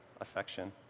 Affection